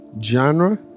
Genre